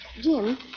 Jim